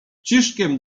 ciszkiem